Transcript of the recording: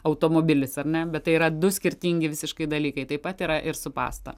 automobilis ar ne bet tai yra du skirtingi visiškai dalykai taip pat yra ir su pasta